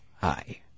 hi